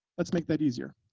let's make that easier.